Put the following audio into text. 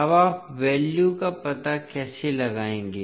अब आप वैल्यू का पता कैसे लगाएंगे